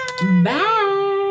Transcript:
Bye